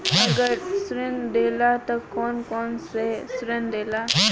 अगर ऋण देला त कौन कौन से ऋण देला?